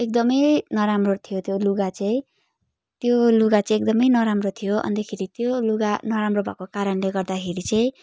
एकदमै नराम्रो थियो त्यो लुगा छे त्यो लुगा चाहिँ एकदमै नराम्रो थियो अन्तखेरि त्यो लुगा नराम्रो भएको कारणले गर्दाखेरि चाहिँ